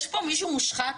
יש פה מישהו מושחת?